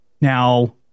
Now –